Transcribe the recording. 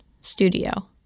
studio